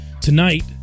tonight